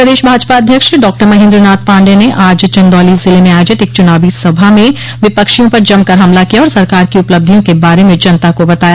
प्रदेश भाजपा अध्यक्ष डॉक्टर महेन्द्रनाथ पांडेय ने आज चंदौली जिले में आयोजित एक चुनावी सभा में विपक्षियों पर जमकर हमला किया और सरकार की उपलब्धियों के बारे म जनता को बताया